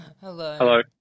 Hello